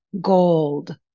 gold